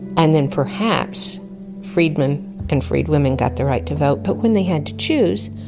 and then perhaps freedmen and freedwomen got the right to vote. but when they had to choose,